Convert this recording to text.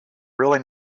really